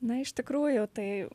na iš tikrųjų tai